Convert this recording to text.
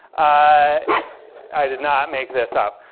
i i did not make this up.